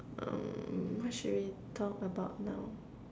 um what should we talk about now